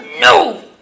No